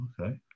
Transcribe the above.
okay